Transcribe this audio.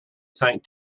sank